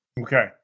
Okay